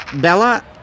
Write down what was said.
Bella